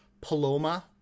Paloma